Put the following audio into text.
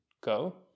go